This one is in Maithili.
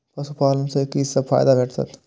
पशु पालन सँ कि सब फायदा भेटत?